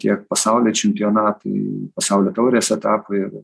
tiek pasaulio čempionatai pasaulio taurės etapai ir